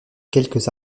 quelques